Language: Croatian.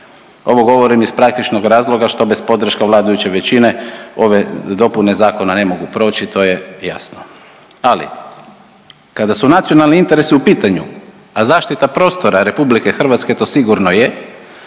Ovo govorim iz praktičnog razloga što bez podrške vladajuće većine ove dopune zakona ne mogu proći to je jasno. Ali kada su nacionalni interesi u pitanju, a zaštita prostora Republike Hrvatske to sigurno je,